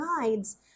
guides